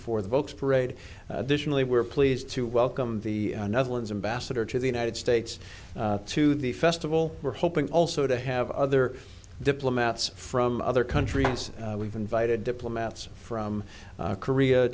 for the bokes parade additionally we're pleased to welcome the another one's in basad or to the united states to the festival we're hoping also to have other diplomats from other countries we've invited diplomats from korea